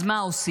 אז מה עושים?